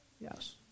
Yes